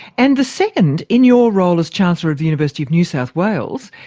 and the second, in your role as chancellor of the university of new south wales,